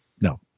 no